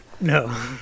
No